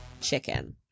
chicken